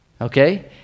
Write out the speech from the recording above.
Okay